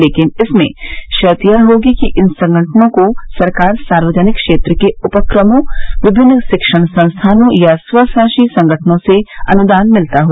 लेकिन इसमें शर्त यह होगी कि इन संगठनों को सरकार सार्वजनिक क्षेत्र के उपक्रमों विभिन्न शिक्षण संस्थानों या स्वशासी संगठनों से अनुदान मिलता हो